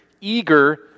eager